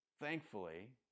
Thankfully